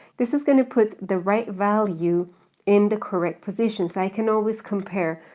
this is gonna put the right value in the correct position so i can always compare.